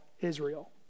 Israel